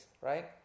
right